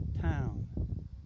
town